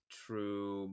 true